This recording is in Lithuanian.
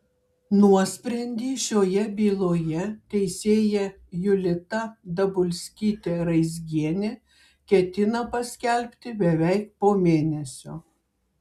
nuosprendį šioje byloje teisėja julita dabulskytė raizgienė ketina paskelbti beveik po mėnesio